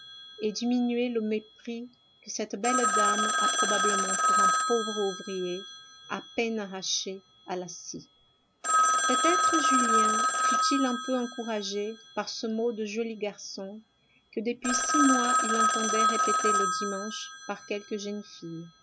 et diminuer le mépris que cette belle dame a probablement pour un pauvre ouvrier à peine arraché à la scie peut-être julien fut-il un peu encouragé par ce mot de joli garçon que depuis six mois il entendait répéter le dimanche par quelques jeunes filles